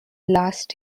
last